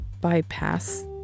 bypass